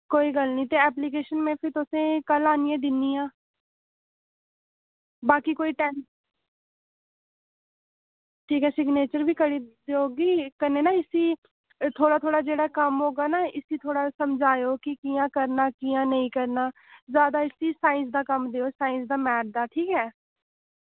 कोई गल्ल निं ते ऐप्लीकेशन में फ्ही तुसेंगी कल आह्नियै दिन्नी आं बाकी कोई टैंशन ठीक ऐ सिग्नेचर बी करी देई ओड़गी कन्नै ना इसी थोह्ड़ा थोह्ड़ा जेह्ड़ा कम्म होगा ना इसी थोह्ड़ा समझाओ कि कि'यां करना कि'यां नेईं करना जैदा इसी साईंस दा कम्म देओ साईंस दा मैथ दा ठीक ऐ